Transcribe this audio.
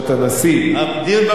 דיון במליאה.